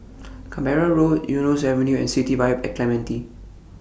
Canberra Road Eunos Avenue and City Vibe At Clementi